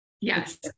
Yes